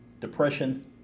depression